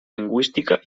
lingüística